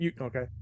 okay